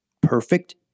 perfect